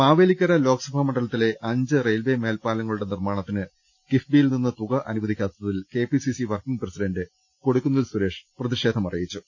മാവേലിക്കര ലോക്സഭാ മണ്ഡലത്തിലെ അഞ്ച് റെയിൽവെ മേൽപ്പാലങ്ങളുടെ നിർമ്മാണത്തിന് കിഫ്ബിയിൽ നിന്ന് തുക അനു വദിക്കാത്തതിൽ KPCC working president Kodikunnil Suresh പ്രതിഷേധം അറിയിച്ചു